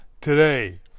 today